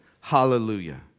Hallelujah